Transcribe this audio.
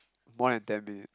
more than ten minute